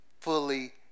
fully